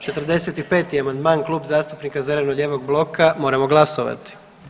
45. amandman Klub zastupnika zeleno-lijevog bloka moramo glasovati.